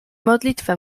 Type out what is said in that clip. modlitwę